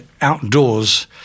outdoors